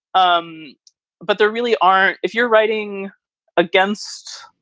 um but there really aren't. if you're writing against.